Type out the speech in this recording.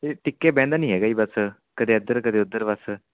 ਇਹ ਟਿੱਕ ਕੇ ਬਹਿੰਦਾ ਨਹੀਂ ਹੈਗਾ ਜੀ ਬਸ ਕਦੇ ਇੱਧਰ ਕਦੇ ਉੱਧਰ ਬਸ